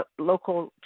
local